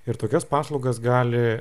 ir tokias paslaugas gali